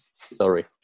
Sorry